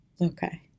Okay